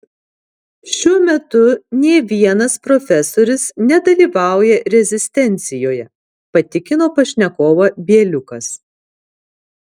šiuo metu nė vienas profesorius nedalyvauja rezistencijoje patikino pašnekovą bieliukas